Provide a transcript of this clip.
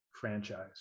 franchise